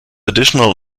additional